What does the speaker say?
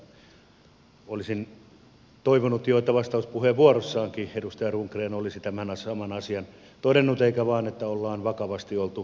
olisin toivonut jo että vastauspuheenvuorossaankin edustaja rundgren olisi tämän saman asian todennut eikä vain että ollaan vakavasti oltu sitä mieltä